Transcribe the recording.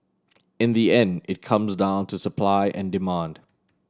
in the end it comes down to supply and demand